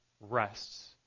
rests